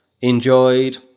enjoyed